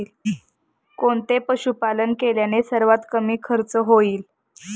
कोणते पशुपालन केल्याने सर्वात कमी खर्च होईल?